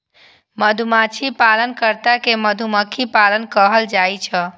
मधुमाछी पालन कर्ता कें मधुमक्खी पालक कहल जाइ छै